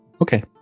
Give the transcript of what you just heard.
Okay